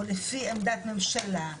או לפי עמדת ממשלה,